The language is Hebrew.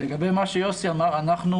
לגבי מה שיוסי אמר, אנחנו